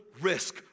risk